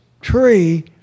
tree